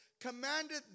commanded